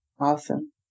Awesome